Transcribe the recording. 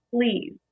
please